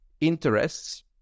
interests